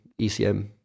ECM